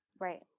Right